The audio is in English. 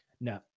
No